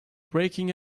breaking